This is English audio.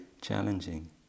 challenging